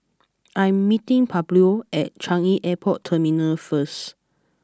I am meeting Pablo at Changi Airport Terminal first